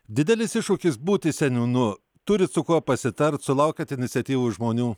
didelis iššūkis būti seniūnu turit su kuo pasitart sulaukiat iniciatyvų iš žmonių